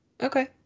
okay